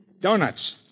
Donuts